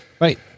Right